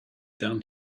down